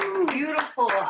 beautiful